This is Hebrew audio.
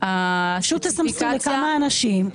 פשוט תסמסו לכמה אנשים,